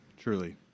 truly